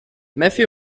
matthew